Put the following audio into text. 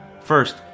First